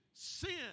Sin